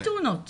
רק תאונות